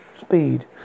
speed